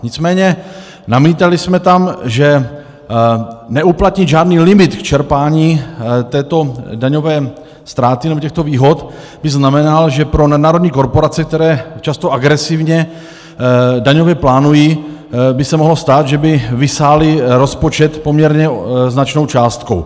Nicméně namítali jsme tam, že neuplatnit žádný limit v čerpání této daňové ztráty nebo těchto výhod by znamenalo, že pro nadnárodní korporace, které často agresivně daňově plánují, by se mohlo stát, že by vysály rozpočet poměrně značnou částkou.